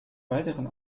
weiteren